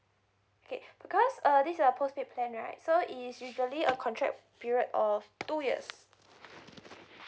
okay because uh this a postpaid plan right so it's usually a contract period of two years